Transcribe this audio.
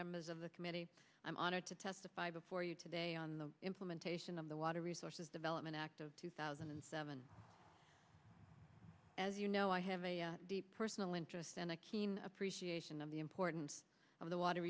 members of the committee i'm honored to testify before you today on the implementation of the water resources development act of two thousand and seven as you know i have a deep personal interest and a keen appreciation of the importance of the water